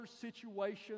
situation